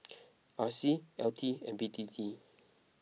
R C L T and B T T